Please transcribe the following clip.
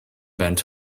bent